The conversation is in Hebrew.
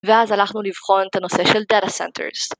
ואז הלכנו לבחון את הנושא של Data Centers.